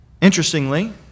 Interestingly